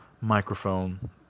microphone